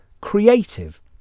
creative